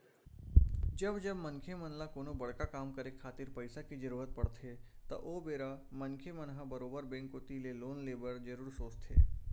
जब जब मनखे मन ल कोनो बड़का काम करे खातिर पइसा के जरुरत पड़थे त ओ बेरा मनखे मन ह बरोबर बेंक कोती ले लोन ले बर जरुर सोचथे